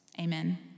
Amen